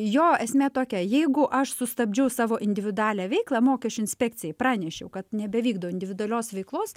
jo esmė tokia jeigu aš sustabdžiau savo individualią veiklą mokesčių inspekcijai pranešiau kad nebevykdau individualios veiklos